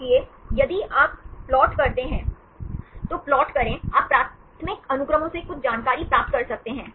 इसलिए यदि आप प्लॉट करते हैं तो प्लॉट करें आप प्राथमिक अनुक्रमों से कुछ जानकारी प्राप्त कर सकते हैं